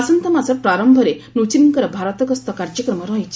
ଆସନ୍ତାମାସ ପ୍ରାରମ୍ଭରେ ନୁଚୀନଙ୍କର ଭାରତଗସ୍ତ କାର୍ଯ୍ୟକ୍ରମ ରହିଛି